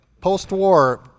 Post-war